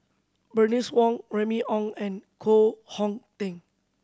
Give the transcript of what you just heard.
Bernice Wong Remy Ong and Koh Hong Teng